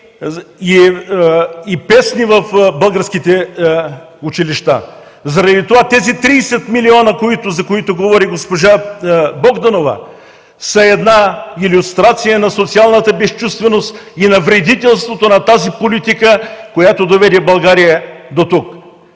и песни в българските училища. Заради това тези 30 млн. лв., за които говори госпожа Богданова, са една илюстрация на социалната безчувственост и на вредителството на тази политика, която доведе България до тук.